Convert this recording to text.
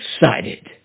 excited